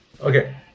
okay